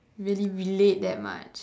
really relate that much